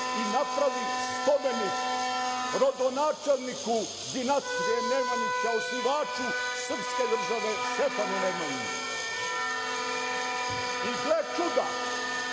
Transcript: i napravi spomenik rodonačelniku dinastije Nemanjića, osnivaču srpske države, Stefanu Nemanji. I, gle čuda,